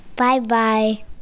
Bye-bye